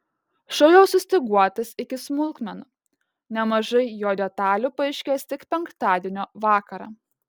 šou jau sustyguotas iki smulkmenų nemažai jo detalių paaiškės tik penktadienio vakarą